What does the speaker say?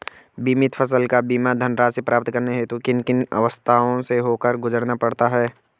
बीमित फसल का बीमा धनराशि प्राप्त करने हेतु किन किन अवस्थाओं से होकर गुजरना पड़ता है?